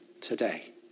today